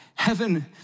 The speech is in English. heaven